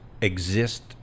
exist